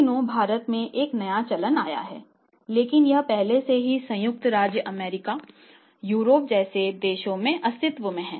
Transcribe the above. इन दिनों भारत में एक नया चलन आया है लेकिन यह पहले से ही संयुक्त राज्य अमेरिका यूरोप जैसे देशों में अस्तित्व में है